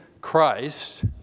Christ